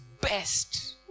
best